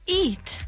eat